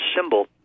symbol